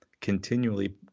continually